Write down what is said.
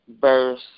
Verse